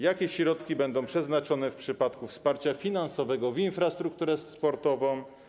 Jakie środki będą przeznaczone w przypadku wsparcia finansowego na infrastrukturę sportową?